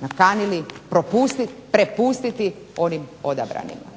nakanili prepustiti onim odabranima.